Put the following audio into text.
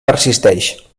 persisteix